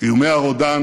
איומי הרודן